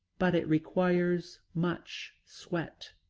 but it requires much sweat.